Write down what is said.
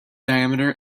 diameter